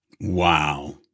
Wow